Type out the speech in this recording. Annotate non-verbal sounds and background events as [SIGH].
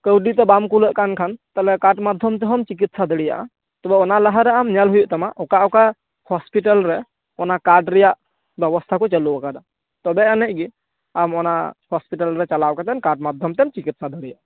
ᱠᱟᱹᱣᱰᱤ ᱛᱮ ᱵᱟᱢ ᱠᱩᱞᱟᱹᱜ ᱠᱟᱱ ᱠᱷᱟᱱ ᱛᱟᱦᱚᱞᱮ ᱠᱟᱨᱰ ᱢᱟᱫᱽᱫᱷᱚᱢᱛᱮ ᱦᱚᱢ ᱪᱤᱠᱤᱛᱥᱟ ᱫᱟᱲᱮᱭᱟᱜ ᱛᱚᱵᱮ ᱚᱱᱟ ᱞᱟᱦᱟᱨᱮ ᱟᱢ ᱧᱮᱞ ᱦᱩᱭᱩᱜ ᱛᱟᱢᱟ ᱚᱠᱟ ᱚᱠᱟ ᱦᱚᱥᱯᱤᱴᱟᱞᱨᱮ ᱚᱱᱟ ᱠᱟᱨᱰ ᱨᱮᱭᱟᱜ ᱵᱮᱵᱚᱥᱛᱷᱟ ᱠᱚ ᱪᱟ ᱞᱩ ᱟᱠᱟᱫᱟ ᱛᱚᱵᱮ ᱟᱹᱱᱤᱡᱜᱮ ᱟᱢ ᱚᱱᱟ ᱦᱚᱥᱯᱤᱴᱟᱞ ᱨᱮ ᱪᱟᱞᱟᱣ ᱠᱟᱛᱮ ᱠᱟᱨᱰ ᱢᱟᱫᱽᱫᱷᱚᱢᱛᱮᱢ ᱪᱤᱠᱤᱛᱥᱟ ᱫᱟᱹᱨᱤᱭᱟᱜ [UNINTELLIGIBLE]